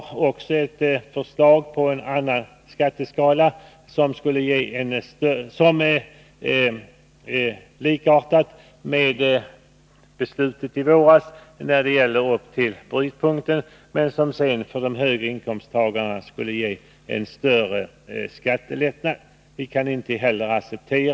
Moderaterna föreslår en skatteskala som liknar den som beslöts i våras upp till brytpunkten, men som skulle innebära en större skattelättnad för personer med större inkomster.